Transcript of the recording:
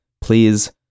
please